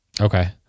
Okay